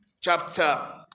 chapter